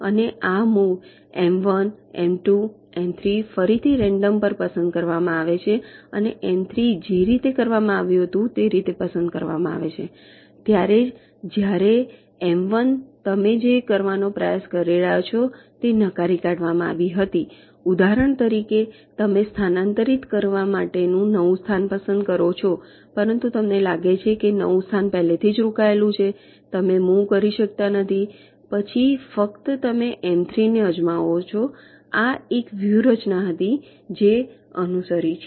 અને આ move M 1 M 2 M 3 ફરીથી રેન્ડમ પર પસંદ કરવામાં આવે છે અને એમ 3 જે રીતે કરવામાં આવ્યું હતું તે રીતે પસંદ કરવામાં આવે છે ત્યારે જ જ્યારે આ એમ 1 તમે જે કરવાનો પ્રયાસ કરી રહ્યા છો તે નકારી કાઢવામાં આવી હતી ઉદાહરણ તરીકે તમે સ્થાનાંતરિત કરવા માટે નવું સ્થાન પસંદ કરો છો પરંતુ તમને લાગે છે કે નવું સ્થાન પહેલેથી જ રોકાયેલું છે તમે મુવ કરી શકતા નથી પછી ફક્ત તમે એમ 3 ને અજમાવો આ એક વ્યૂહરચના હતી જે અનુસરે છે